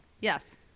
Yes